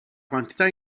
quantità